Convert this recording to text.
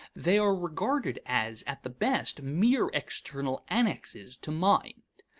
they are regarded as at the best mere external annexes to mind.